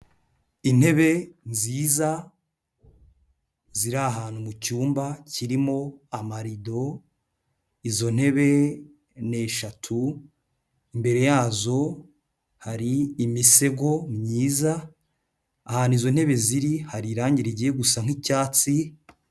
Intebe nziza ziri ahantu mu cyumba kirimo amarido, izo ntebe ni eshatu, imbere yazo hari imisego myiza, ahantu izo ntebe ziri hari irangi rijya gusa nki'cyatsi...